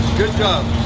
good job!